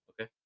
Okay